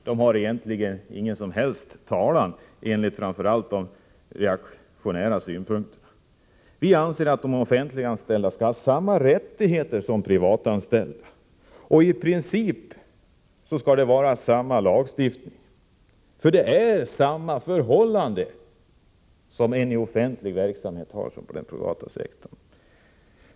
De har egentligen ingen som helst talan enligt de reaktionära krafternas synsätt. Vi däremot anser att de offentliganställda skall ha samma rättigheter som de privatanställda. I princip skall samma lagstiftning gälla för dessa grupper. Anställda på den offentliga sektorn lever ju under samma förhållanden som anställda på den privata sektorn.